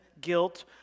guilt